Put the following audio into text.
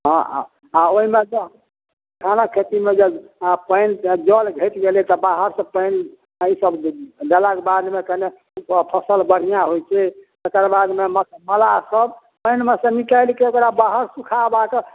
हँ आओर हँ ओहिमेसँ मखानक खेतीमे जब पानि चाहे जल घटि गेलै तऽ बाहरसँ पानि तऽ ईसब दे देलाक बादमे कनि तऽ फसिल बढ़िआँ होइ छै तकर बादमे मला मल्लाहसभ पानिमेसँ निकालिके ओकरा बाहर सुखाके